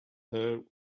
her